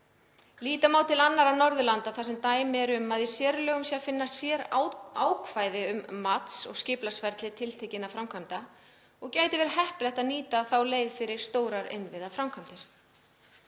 Líta má til annarra Norðurlanda þar sem dæmi eru um að í sérlögum sé að finna sérákvæði um mats- og skipulagsferli tiltekinna framkvæmda og gæti verið heppilegt að nýta þá leið fyrir stórar innviðaframkvæmdir.